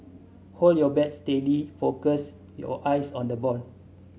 hold your bat steady focus your eyes on the ball